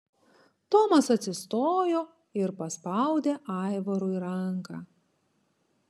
tomas atsistojo ir paspaudė aivarui ranką